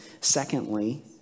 Secondly